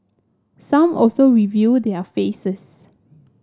some also reveal their faces